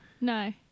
No